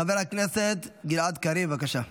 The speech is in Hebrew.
חבר הכנסת גלעד קריב, בבקשה.